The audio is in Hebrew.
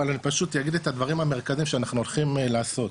אבל אני פשוט אגיד את הדברים המרכזיים שאנחנו הולכים לעשות,